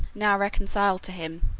now reconciled to him,